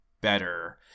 better